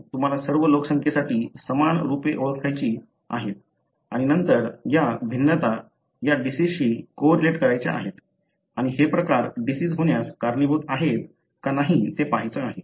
म्हणून तुम्हाला सर्व लोकसंख्येसाठी समान रूपे ओळखायची आहेत आणि नंतर या भिन्नता या डिसिजशी को रिलेट करायच्या आहेत आणि हे प्रकार डिसिज होण्यास कारणीभूत आहेत का ते पहायचे आहे